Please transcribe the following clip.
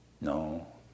No